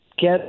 get